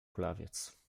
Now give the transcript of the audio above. kulawiec